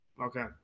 Okay